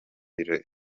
birori